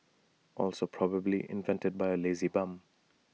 also probably invented by A lazy bum